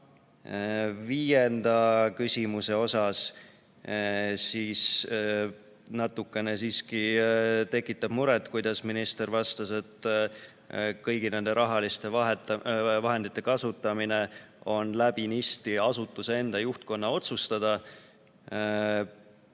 Viienda küsimuse puhul natukene siiski tekitab muret, et minister vastas, et kõigi nende rahaliste vahendite kasutamine on läbinisti asutuse enda juhtkonna otsustada.